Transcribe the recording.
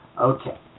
Okay